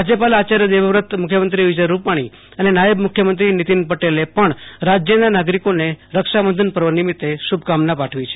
રાજ્યપાલ આચાર્ય દેવવ્રત મુખ્યમંત્રી વિજય રૂપાણી અને નાયબ મુખ્યમંત્રી નીતિન પટેલે પણ રાજ્યના નાગરીકોને રક્ષાબંધન પર્વ નિમિત્તે શુભકામના પાઠવી છે